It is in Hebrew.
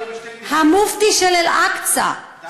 המופתי של אל-אקצא,